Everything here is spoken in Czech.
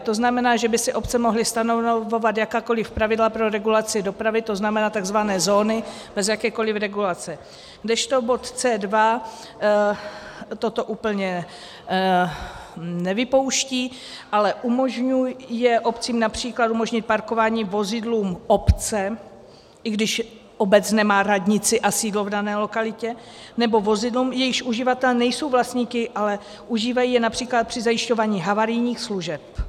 To znamená, že by si obce mohly stanovovat jakákoliv pravidla pro regulaci dopravy, to znamená takzvané zóny, bez jakékoliv regulace, kdežto bod C2 toto úplně nevypouští, ale umožňuje obcím například umožnit parkování vozidlům obce, i když obec nemá radnici a sídlo v dané lokalitě, nebo vozidlům, jejichž uživatelé nejsou vlastníky, ale užívají je například při zajišťování havarijních služeb.